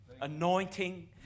Anointing